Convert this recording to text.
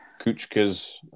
Kuchka's